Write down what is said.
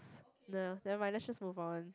nah never mind let's just move on